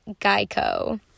Geico